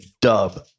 dub